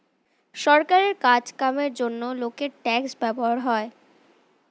সরকারের কাজ কামের জন্যে লোকের ট্যাক্স ব্যবহার হয়